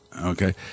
Okay